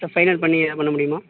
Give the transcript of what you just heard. sir final பண்ணி எதா பண்ண முடியுமா